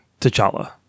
T'Challa